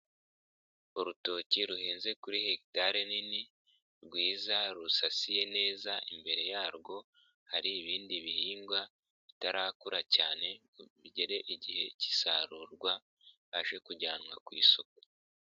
Urutoki ruhinze kuri hegitale nini rwiza rusasiye neza imbere yarwo hari ibindi bihingwa bitarakura cyane ngo bigere igihe cy'isarurwa bibashe kujyanwa ku isoko.